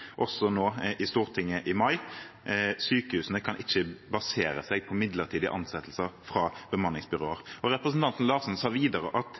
også nå i Stortinget i mai. Sykehusene kan ikke basere seg på midlertidige ansettelser fra bemanningsbyråer. Representanten Larsen sa videre at